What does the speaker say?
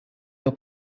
your